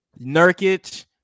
Nurkic